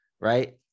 right